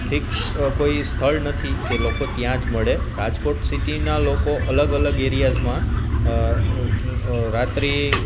fix કોઇ સ્થળ નથી કે લોકો ત્યાં જ મળે રાજકોટ સીટીનાં લોકો અલગ અલગ એરીયાઝમાં રાત્રિ